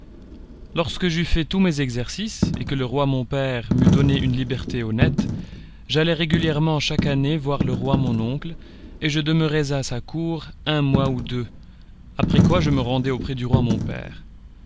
lorsque j'eus fait tous mes exercices et que le roi mon père m'eut donné une liberté honnête j'allais régulièrement chaque année voir le roi mon oncle et je demeurais à sa cour un mois ou deux après quoi je me rendais auprès du roi mon père